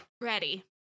ready